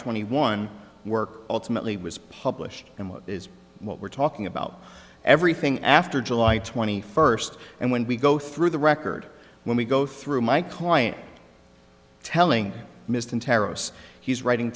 twenty one work ultimately was published and is what we're talking about everything after july twenty first and when we go through the record when we go through my client telling mr terrace he's writing